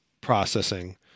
processing